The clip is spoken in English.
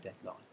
deadline